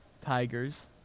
Tigers